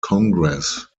congress